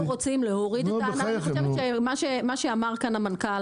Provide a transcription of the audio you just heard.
מה שאמר כאן המנכ"ל,